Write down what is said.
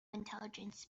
intelligence